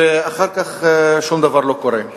ואחר כך שום דבר לא קורה.